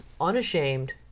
unashamed